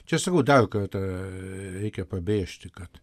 čia sakau dar kartą reikia pabrėžti kad